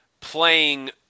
playing